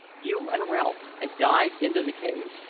you and ralph, and dive into the cave.